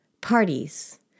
parties